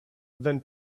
than